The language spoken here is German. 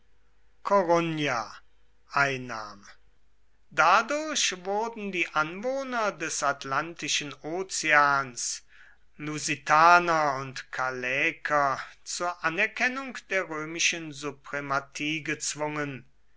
einnahm dadurch wurden die anwohner des atlantischen ozeans lusitaner und callaeker zur anerkennung der römischen suprematie gezwungen